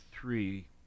three